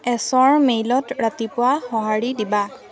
এছৰ মেইলত ৰাতিপুৱা সঁহাৰি দিবা